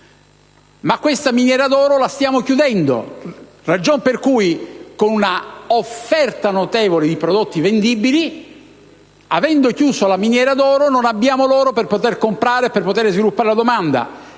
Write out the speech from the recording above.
la miniera d'oro, ma la stiamo chiudendo. Ragion per cui con un'offerta notevole di prodotti vendibili, avendo chiuso la miniera d'oro non abbiamo l'oro per poter comparare e sviluppare la domanda;